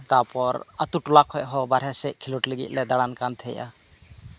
ᱛᱟᱨᱯᱚᱨ ᱟᱹᱛᱩ ᱴᱚᱞᱟ ᱠᱷᱚᱱ ᱦᱚᱸ ᱵᱟᱦᱨᱮ ᱥᱮᱫ ᱠᱷᱮᱞᱳᱰ ᱞᱮ ᱫᱟᱸᱲᱟᱱ ᱠᱟᱱ ᱛᱟᱦᱮᱸᱫᱼᱟ